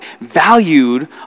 valued